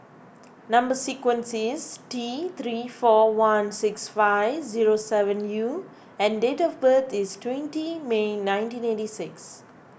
Number Sequence is T three four one six five zero seven U and date of birth is twenty May nineteen eighty six